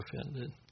offended